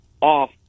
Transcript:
off